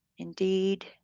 Indeed